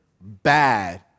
bad